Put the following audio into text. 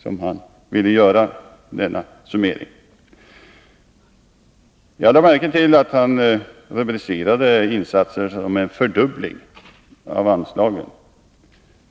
Jag lade märke till att han rubricerade insatserna som en fördubbling av anslagen,